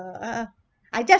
uh I just